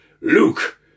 Luke